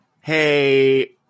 hey